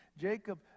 Jacob